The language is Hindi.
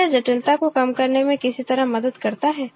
क्या यह जटिलता को कम करने में किसी तरह से मदद करता है